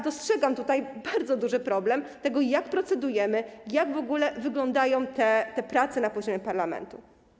Dostrzegam tutaj bardzo duży problem dotyczący tego, jak procedujemy, jak w ogóle wyglądają prace na poziomie parlamentu.